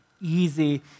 easy